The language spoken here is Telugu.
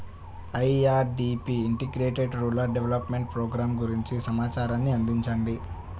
IRDP integrated rural development programme గురించి సమాచారాన్ని అందించండి?